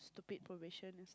stupid probation